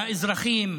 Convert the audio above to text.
האזרחים,